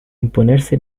imponerse